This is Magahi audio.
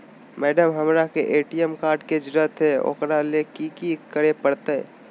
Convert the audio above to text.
मैडम, हमरा के ए.टी.एम कार्ड के जरूरत है ऊकरा ले की की करे परते?